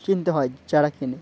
কিনতে হয় যারা কিনে